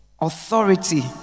Authority